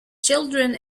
children